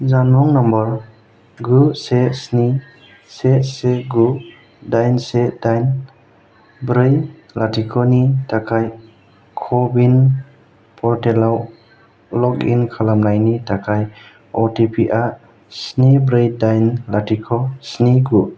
जानबुं नाम्बार गु से स्नि से से गु दाइन से दाइन ब्रै लाथिख' नि थाखाय क'विन पर्टेलाव लग इन खालामनायनि थाखाय अ टि पि आ स्नि ब्रै दाइन लाथिख' स्नि गु